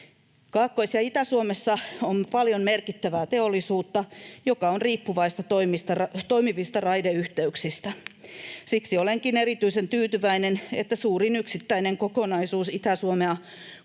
Kaakkois‑ ja Itä-Suomessa on paljon merkittävää teollisuutta, joka on riippuvaista toimivista raideyhteyksistä. Siksi olenkin erityisen tyytyväinen, että suurin yksittäinen kokonaisuus Itä-Suomea